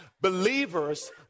Believers